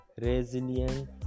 resilient